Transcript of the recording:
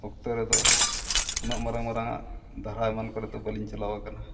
ᱚᱠᱛᱚ ᱨᱮᱫᱚ ᱩᱱᱟᱹᱜ ᱢᱟᱨᱟᱝ ᱢᱟᱨᱟᱝᱟᱜ ᱫᱟᱨᱦᱟ ᱮᱢᱟᱱ ᱠᱚᱨᱮ ᱫᱚ ᱵᱟᱹᱞᱤᱧ ᱪᱟᱞᱟᱣ ᱟᱠᱟᱱᱟ